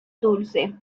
dulce